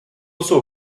jsou